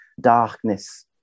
darkness